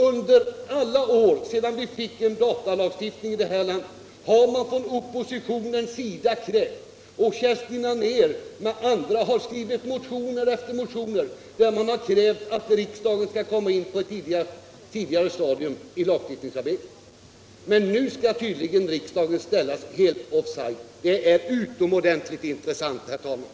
Under alla år sedan vi fick en datalagstiftning här i landet har Kerstin Anér och andra representanter för oppositionen i motioner krävt att riksdagen skall komma in på ett tidigare stadium i lagstiftningsarbetet. Men nu skall riksdagen tydligen ställas helt off-side! Det är utomordentligt intressant, herr talman!